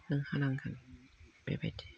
होखानांगोन बेबायदि